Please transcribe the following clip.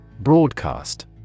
Broadcast